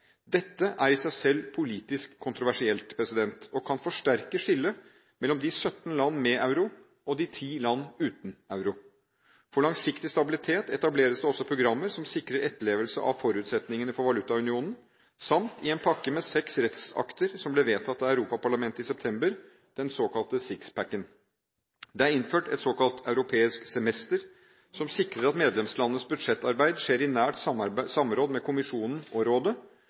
Dette er i seg selv politisk kontroversielt og kan forsterke skillet mellom de 17 land med euro og de ti land uten euro. For langsiktig stabilitet etableres det også programmer som sikrer etterlevelse av forutsetningene for valutaunionen, samlet i en pakke med seks rettsakter som ble vedtatt av Europaparlamentet i september, den såkalte «six-packen». Det er innført et såkalt europeisk semester, som sikrer at medlemslandenes budsjettarbeid skjer i nært samråd med kommisjonen og rådet,